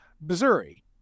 Missouri